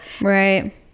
Right